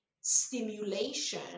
stimulation